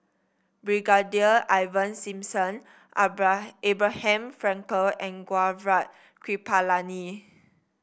Brigadier Ivan Simson Abraham Frankel and Gaurav Kripalani